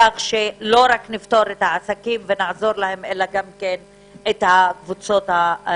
כך שלא רק נפטור את העסקים ונעזור להם אלא גם את הקבוצות המוחלשות.